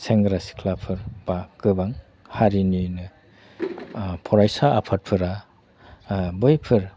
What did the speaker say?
सेंग्रा सिख्लाफोर बा गोबां हारिनिनो फरायसा आफादफोरा बैफोर